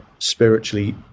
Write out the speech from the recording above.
spiritually